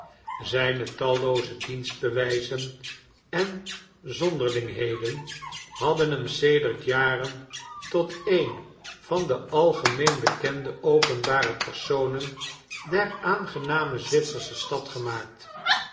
zijne tallooze dienstbewpen en zonderlingheden hadden hem sedert jaren tot een vandealgemeenbekende openbare personen der aangename zwitsersche stad gemaakt